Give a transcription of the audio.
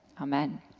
Amen